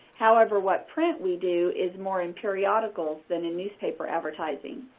however, what print we do is more in periodicals than in newspaper advertising.